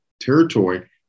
Territory